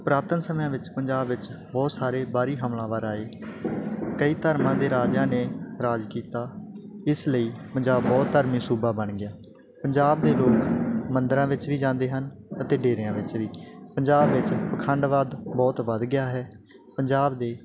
ਪੁਰਾਤਨ ਸਮਿਆਂ ਵਿੱਚ ਪੰਜਾਬ ਵਿੱਚ ਬਹੁਤ ਸਾਰੇ ਬਾਹਰੀ ਹਮਲਾਵਰ ਆਏ ਕਈ ਧਰਮਾਂ ਦੇ ਰਾਜਿਆਂ ਨੇ ਰਾਜ ਕੀਤਾ ਇਸ ਲਈ ਪੰਜਾਬ ਬਹੁਤ ਧਾਰਮਿਕ ਸੂਬਾ ਬਣ ਗਿਆ ਪੰਜਾਬ ਦੇ ਲੋਕ ਮੰਦਰਾਂ ਵਿੱਚ ਵੀ ਜਾਂਦੇ ਹਨ ਅਤੇ ਡੇਰਿਆਂ ਵਿੱਚ ਵੀ ਪੰਜਾਬ ਵਿੱਚ ਪਖੰਡਵਾਦ ਬਹੁਤ ਵਧ ਗਿਆ ਹੈ ਪੰਜਾਬ ਦੇ